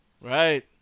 Right